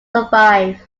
survive